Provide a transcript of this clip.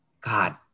god